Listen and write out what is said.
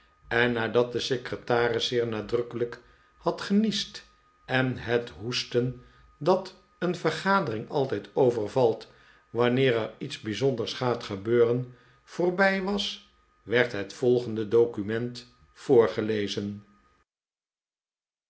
en nadat de secretaris zeer nadrukkelijk had geniesd en het hoesten dat een vergadering altijd overvalt wanneer er iets bijzonders gaat gebeuren voorbij was werd het volgende document voorgelezen